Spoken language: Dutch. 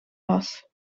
was